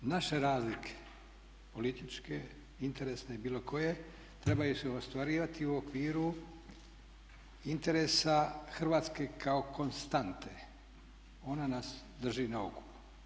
Naše razlike, političke, interesne i bilo koje trebaju se ostvarivati u okviru interesa hrvatske kao konstante, ona nas drži na okupu.